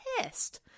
pissed